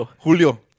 Julio